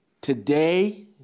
Today